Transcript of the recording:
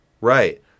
Right